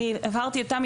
הבהרתי לתמי,